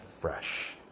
fresh